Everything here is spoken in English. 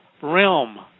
realm